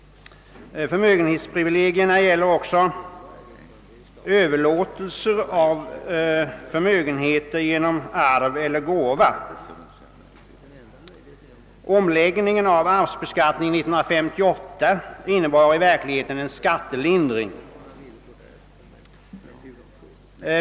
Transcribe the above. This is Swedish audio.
Förmögenhetsprivilegierna gäller också överlåtelser av förmögenheter genom arv eller gåva. Omläggningen av = arvsbeskattningen 1958 innebar i verkligheten en skattelindring.